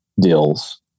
deals